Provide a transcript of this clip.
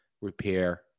repair